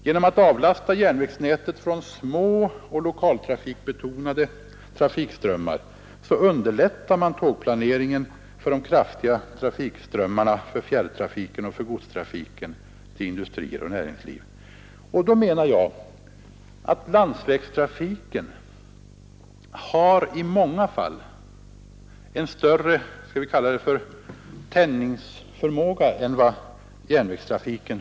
Genom att avlasta järnvägsnätet från små och lokaltrafikbetonade trafikströmmar underlättar man tågplaneringen för de kraftiga trafikströmmarna, för fjärrtrafik och godstrafik till industri och näringsliv. Landsvägstrafiken har i många fall en större skall vi kalla det tänjningsförmåga än järnvägstrafiken.